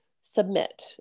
submit